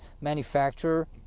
manufacturer